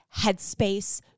headspace